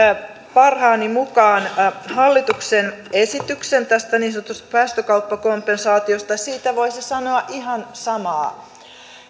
parhaani mukaan hallituksen esityksen tästä niin sanotusta päästökauppakompensaatiosta ja siitä voisi sanoa ihan samaa